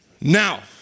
Now